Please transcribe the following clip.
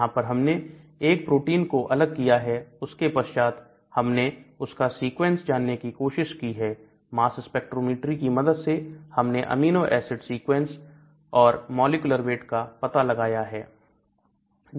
यहां पर हमने एक प्रोटीन को अलग किया है उसके पश्चात हमने उसका सीक्वेंस जानने की कोशिश की है मास स्पेक्ट्रोमेट्री की मदद से हमने अमीनो एसिड सीक्वेंस और मॉलिक्यूलर वेट का पता लगाया है